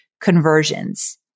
conversions